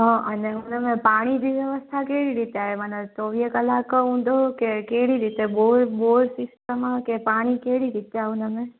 हा अने हुनमें पाणी जी व्यवस्था कहिड़ी रीति आहे माना चोवीह कलाक हूंदो की कहिड़ी रीति बोर बोर सिस्टम आहे की पाणी कहिड़ी रीति आहे उनमें